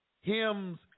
hymns